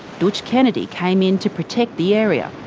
dootch kennedy came in to protect the area.